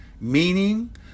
meaning